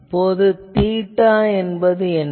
இப்போது தீட்டா என்பது என்ன